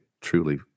truly